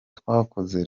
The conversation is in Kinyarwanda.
twakoze